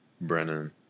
Brennan